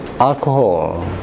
Alcohol